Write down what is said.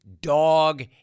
dog